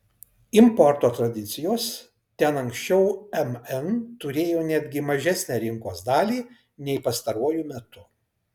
importo tradicijos ten anksčiau mn turėjo netgi mažesnę rinkos dalį nei pastaruoju metu